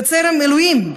בצלם אלוהים,